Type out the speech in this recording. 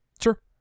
Sure